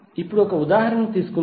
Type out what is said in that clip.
ఇప్పుడు ఒక ఉదాహరణ తీసుకుందాం